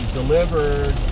delivered